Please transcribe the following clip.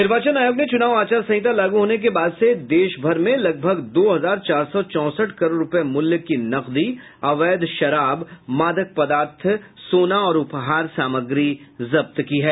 निर्वाचन आयोग ने चुनाव आचार संहिता लागू होने के बाद से देशभर में लगभग दो हजार चार सौ चौंसठ करोड़ रूपये मूल्य की नकदी अवैध शराब मादक पदार्थ सोना और उपहार सामग्री जब्त की है